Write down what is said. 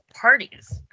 parties